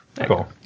cool